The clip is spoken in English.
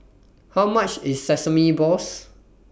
How much IS Sesame Balls